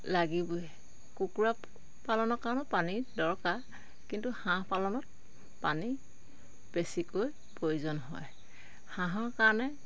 লাগিবই কুকুৰা পালনৰ কাৰণেও পানীৰ দৰকাৰ কিন্তু হাঁহ পালনত পানী বেছিকৈ প্ৰয়োজন হয় হাঁহৰ কাৰণে